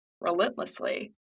relentlessly